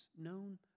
known